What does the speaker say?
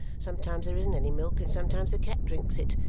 sometimes there isn't any milk, and sometimes the cat drinks it.